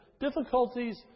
difficulties